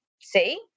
see